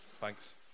Thanks